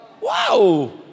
Wow